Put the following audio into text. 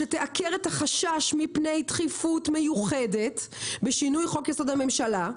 שתעקר את החשש מפני דחיפות מיוחדת בשינוי חוק-יסוד: הממשלה.